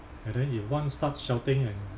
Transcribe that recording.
and then if one starts shouting and